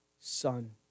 son